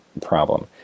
problem